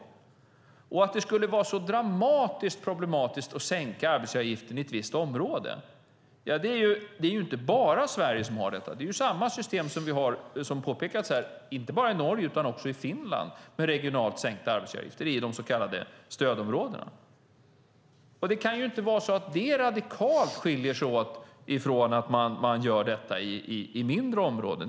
Jag ser inte att det skulle vara så dramatiskt problematiskt att sänka arbetsgivaravgiften i ett visst område. Det är ju inte bara Sverige som har detta. Det är samma system som man har, som också påpekats här, inte bara i Norge utan också i Finland. Där har man regionalt sänkta arbetsgivaravgifter i de så kallade stödområdena. Det kan inte skilja sig radikalt från att man gör detta i mindre områden.